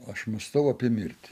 aš mąstau apie mirtį